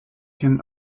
can